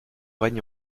règne